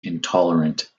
intolerant